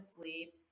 sleep